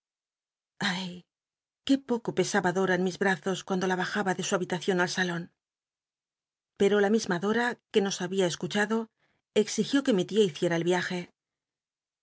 qué poco pesaba dora en mis brazos cuando la bajaba de su habitacion al salon pero la misma dora que nos habia escuchado exigió que mi tia hiciera el riaje